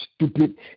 stupid